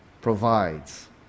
provides